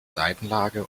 seitenlage